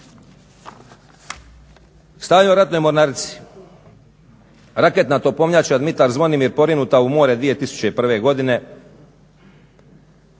stanje u Ratnoj mornarici. Raketna topovnjača Dmitar Zvonimir porinuta u more 2001. godine